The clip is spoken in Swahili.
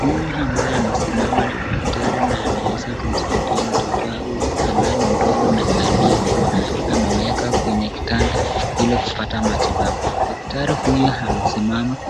Huyu ambaye anasimama ni daktari na anaweza kumsaidia mtoto huyu ambaye ni mdogo na aliyekuwa ameeka kwenye kitanda ili kupata matibabu. Daktari huyu amesimama